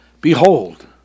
behold